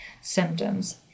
symptoms